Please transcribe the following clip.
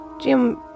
Jim